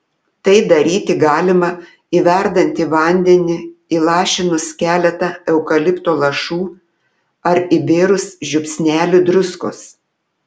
tai daryti galima į verdantį vandenį įlašinus keletą eukalipto lašų ar įbėrus žiupsnelį druskos